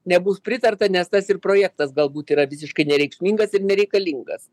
nebus pritarta nes tas ir projektas galbūt yra visiškai nereikšmingas ir nereikalingas